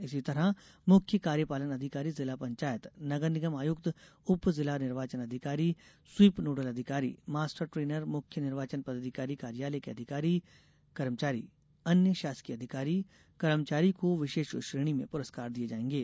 इसी तरह मुख्य कार्यपालन अधिकारी जिला पंचायत नगर निगम आयुक्त उप जिला निर्वाचन अधिकारी स्वीप नोडल अधिकारी मास्टर ट्रेनर मुख्य निर्वाचन पदाधिकारी कार्यालय के अधिकारी कर्मचारी अन्य शासकीय अधिकारी कर्मचारी को विशेष श्रेणी में पुरस्कार दिये जाएंगे